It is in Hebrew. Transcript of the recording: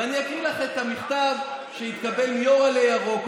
ואני אקרא לך את המכתב שהתקבל מיו"ר עלה ירוק,